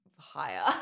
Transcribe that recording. Higher